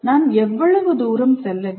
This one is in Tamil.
நான் எவ்வளவு தூரம் செல்ல வேண்டும்